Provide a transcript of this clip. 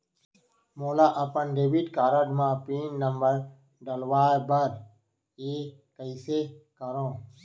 मोला अपन debit card म पिन नंबर डलवाय बर हे कइसे करव?